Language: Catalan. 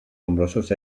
nombrosos